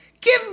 Give